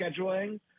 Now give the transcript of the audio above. scheduling